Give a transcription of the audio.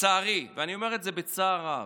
לצערי, ואני אומר את זה בצער רב,